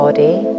body